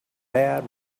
bad